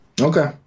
Okay